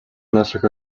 наших